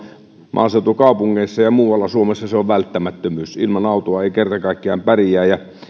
maaseutukaupungeissa ja ja muualla suomessa auto on välttämättömyys ilman sitä ei kerta kaikkiaan pärjää